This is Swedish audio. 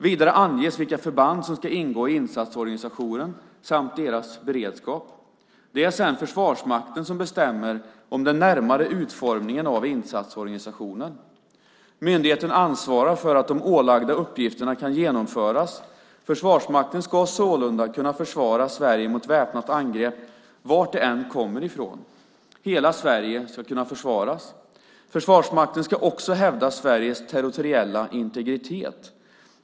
Vidare anges vilka förband som ska ingå i insatsorganisationen samt deras beredskap. Det är sedan Försvarsmakten som bestämmer om den närmare utformningen av insatsorganisationen. Myndigheten ansvarar för att de ålagda uppgifterna kan genomföras. Försvarsmakten ska sålunda kunna försvara Sverige mot väpnat angrepp var det än kommer ifrån. Hela Sverige ska kunna försvaras. Försvarsmakten ska också hävda Sveriges territoriella integritet.